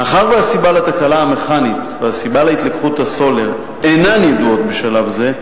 מאחר שהסיבה לתקלה המכנית והסיבה להתלקחות הסולר אינן ידועות בשלב זה,